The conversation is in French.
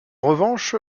revanche